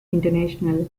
international